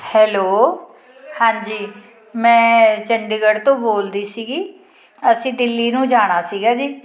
hello ਹਾਂਜੀ ਮੈਂ ਚੰਡੀਗੜ੍ਹ ਤੋਂ ਬੋਲਦੀ ਸੀਗੀ ਅਸੀਂ ਦਿੱਲੀ ਨੂੰ ਜਾਣਾ ਸੀਗਾ ਜੀ